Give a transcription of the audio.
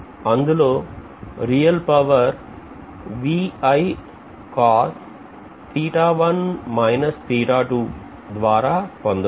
అందులో real power ద్వారా పొందొచ్చు